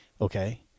Okay